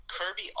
Kirby